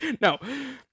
No